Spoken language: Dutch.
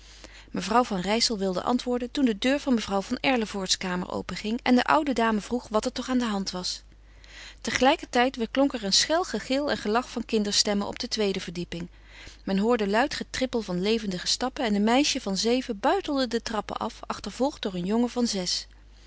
mevrouw van rijssel wilde antwoorden toen de deur van mevrouw van erlevoorts kamer openging en de oude dame vroeg wat er toch aan de hand was tegelijkertijd weerklonk er een schel gegil en gelach van kinderstemmen op de tweede verdieping men hoorde luid getrippel van levendige stappen en een meisje van zeven buitelde de trappen af achtervolgd door een jongen van zes